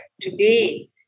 today